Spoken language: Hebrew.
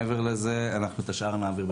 מעבר לזה, את השאר נעביר בכתב.